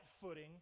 footing